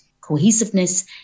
cohesiveness